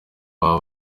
boba